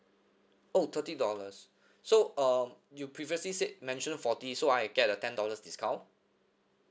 oh thirty dollars so uh you previously said mention forty so I get a ten dollars discount